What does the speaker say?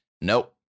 Nope